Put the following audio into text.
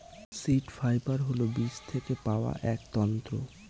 seed fibre হল বীজ থেকে পাওয়া এক তন্তু